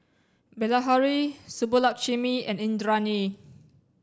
Bilahari Subbulakshmi and Indranee